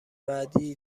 بعدیای